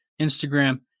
instagram